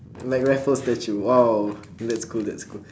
like raffles statue !wow! that's cool that's cool